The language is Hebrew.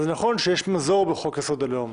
נכון שיש מזור בחוק יסוד: הלאום,